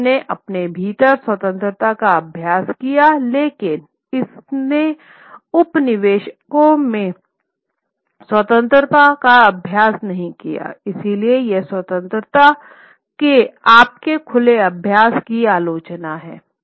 Europe ने अपने भीतर स्वतंत्रता का अभ्यास किया लेकिन इसने उपनिवेशों में स्वतंत्रता का अभ्यास नहीं किया इसलिए यह स्वतंत्रता के आपके खुले अभ्यास की आलोचना है